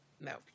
No